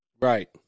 Right